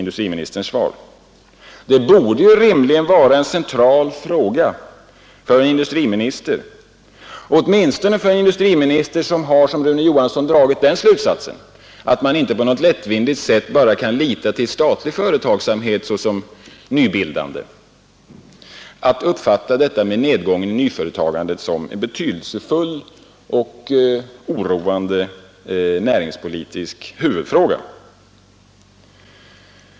Det borde ju rimligen vara en central fråga för en industriminister, åtminstone för en industriminister vilken som statsrådet Rune Johansson dragit slutsatsen, att man inte lättvindigt bara kan lita till statlig företagsamhet såsom nybildande. Att uppfatta nedgången i nyföretagandet som betydelsefull och oroande är en näringspolitisk huvudfråga.